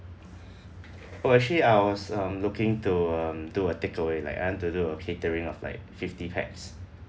oh actually I was um looking to um do a takeaway like I want to do a catering of like fifty pax